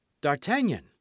d'artagnan